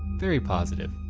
very positive